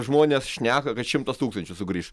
žmonės šneka kad šimtas tūkstančių sugrįš